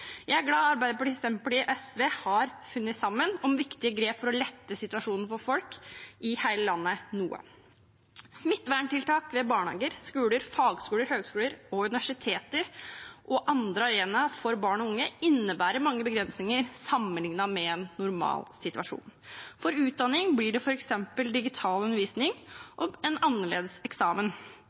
Jeg er glad for at Arbeiderpartiet, Senterpartiet og SV har funnet sammen om viktige grep for å lette situasjonen for folk i hele landet noe. Smitteverntiltak ved barnehager, skoler, fagskoler, høyskoler, universiteter og andre arenaer for barn og unge innebærer mange begrensninger sammenlignet med en normal situasjon. For utdanning blir det f.eks. digital undervisning og en annerledes eksamen.